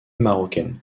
marocaine